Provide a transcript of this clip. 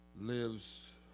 lives